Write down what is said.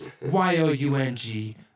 Y-O-U-N-G